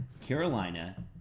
Carolina